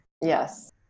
Yes